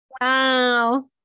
Wow